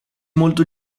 molto